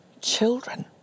children